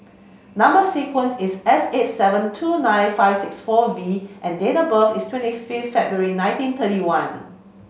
number sequence is S eight seven two nine five six four V and date birth is twenty fifth February nineteen thirty one